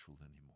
anymore